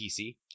PC